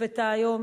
נספתה היום.